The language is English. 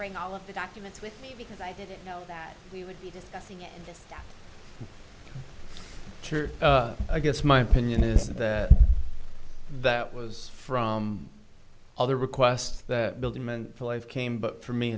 bring all of the documents with you because i didn't know that we would be discussing this i guess my opinion is that that was from all the requests that building meant for life came but for me